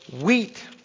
wheat